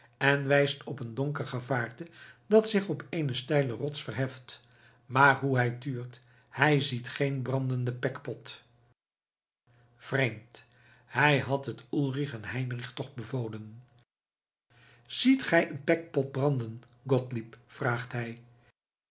en wijst op een donker gevaarte dat zich op eene steile rots verheft maar hoe hij tuurt hij ziet geen brandenden pekpot vreemd hij had het ulrich en heinrich toch bevolen ziet gij een pekpot branden gottlieb vraagt hij